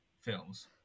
films